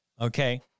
Okay